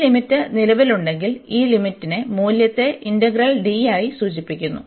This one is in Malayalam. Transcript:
ഈ ലിമിറ്റ് നിലവിലുണ്ടെങ്കിൽ ഈ ലിമിറ്റിന്റെ മൂല്യത്തെ ഇന്റഗ്രൽ Dയായി സൂചിപ്പിക്കുന്നു